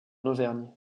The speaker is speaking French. auvergne